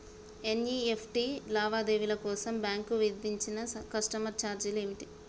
NEFT లావాదేవీల కోసం bank విధించే కస్టమర్ ఛార్జీలు ఏమిటి?